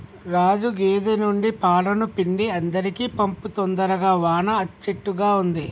రాజు గేదె నుండి పాలను పిండి అందరికీ పంపు తొందరగా వాన అచ్చేట్టుగా ఉంది